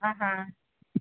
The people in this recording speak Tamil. ஆஹான்